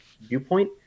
viewpoint